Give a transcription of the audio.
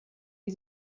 die